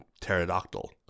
pterodactyl